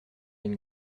une